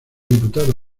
diputado